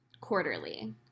quarterly